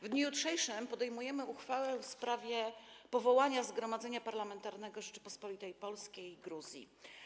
W dniu jutrzejszym podejmujemy uchwałę w sprawie powołania Zgromadzenia Parlamentarnego Rzeczypospolitej Polskiej i Gruzji.